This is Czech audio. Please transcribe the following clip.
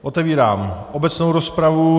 Otevírám obecnou rozpravu.